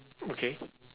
okay